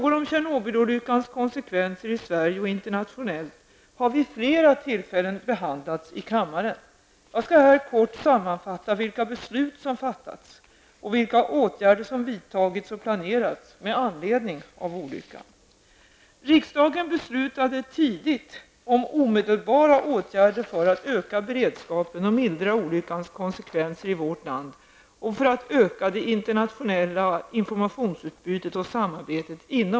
Sverige och internationellt har vid flera tillfällen behandlats i kammaren. Jag skall här kort sammanfatta vilka beslut som fattats och vilka åtgärder som vidtagits och planerats med anledning av olyckan.